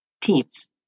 teams